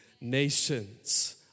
nations